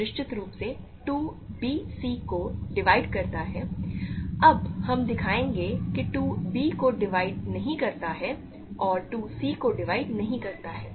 तो निश्चित रूप से 2 b c को डिवाइड करता है अब हम दिखाएंगे कि 2 b को डिवाइड नहीं करता है और 2 c को डिवाइड नहीं करता है